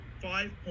five